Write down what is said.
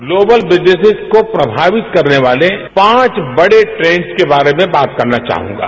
global business को प्रभावित करने वाले पांच बड़े ट्रेंड के बारे में बात करना चाहूंगा